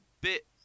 bit